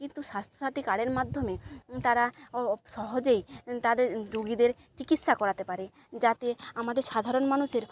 কিন্তু স্বাস্থ্যসাথী কার্ডের মাধ্যমে তারা সহজেই তাদের রুগীদের চিকিৎসা করাতে পারে যাতে আমাদের সাধারণ মানুষের